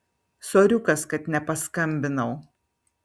soriukas kad nepaskambinau